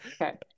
okay